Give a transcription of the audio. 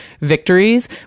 victories